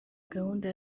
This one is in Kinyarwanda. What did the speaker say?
gahunda